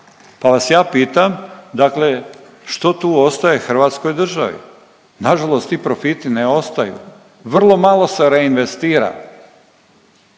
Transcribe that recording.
pa vas ja pitam dakle što tu ostaje Hrvatskoj državi? Nažalost, ti profiti ne ostaju, vrlo malo se reinvestira.